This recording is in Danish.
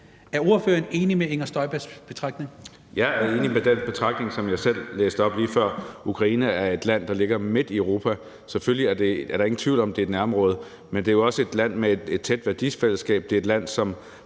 Ordføreren. Kl. 15:05 Marcus Knuth (KF): Jeg er enig i den betragtning, som jeg selv læste op lige før. Ukraine er et land, der ligger midt i Europa. Selvfølgelig er der ingen tvivl om, at det er et nærområde, men det er jo også et land med et tæt værdifællesskab